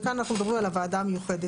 וכאן אנחנו מדברים על הוועדה המיוחדת,